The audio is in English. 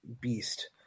beast